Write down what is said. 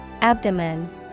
Abdomen